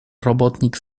robotnik